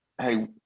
hey